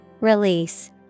Release